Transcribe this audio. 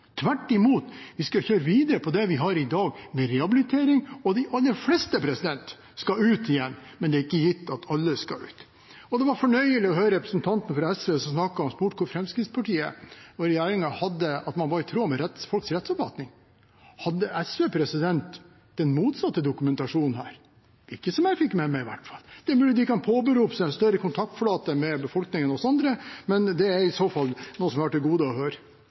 Tvert imot: Vi skal kjøre videre på det vi har i dag, med rehabilitering, og de aller fleste skal ut igjen, men det er ikke gitt at alle skal ut. Og det var fornøyelig å høre representanten fra SV som spurte om Fremskrittspartiet og regjeringen var i tråd med folks rettsoppfatning. Hadde SV den motsatte dokumentasjonen her? Ikke som jeg fikk med meg, i hvert fall. Det er mulig de kan påberope seg en større kontaktflate med befolkningen enn oss andre, men det er i så fall noe jeg har til gode å høre.